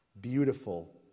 beautiful